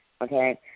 okay